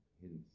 hints